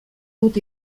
dut